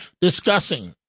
discussing